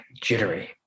jittery